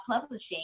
publishing